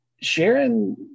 Sharon